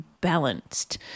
balanced